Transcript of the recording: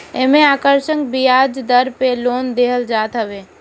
एमे आकर्षक बियाज दर पे लोन देहल जात हवे